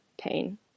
pain